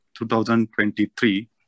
2023